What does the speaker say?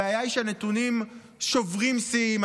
הבעיה היא שהנתונים שוברים שיאים,